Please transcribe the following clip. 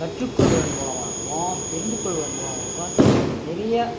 கற்றுக்கொள்வதன் மூலமாகவும் தெரிந்து கொள்வதன் மூலமாகவும் நிறையா